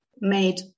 made